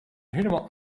helemaal